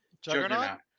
Juggernaut